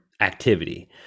activity